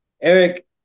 Eric